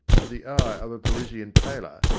to the eye of a parisian tailor,